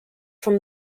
from